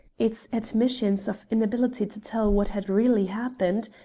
its admissions of inability to tell what had really happened,